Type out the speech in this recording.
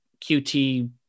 QT